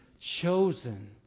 chosen